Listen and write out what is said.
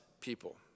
people